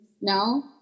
now